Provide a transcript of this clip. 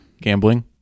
gambling